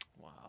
Wow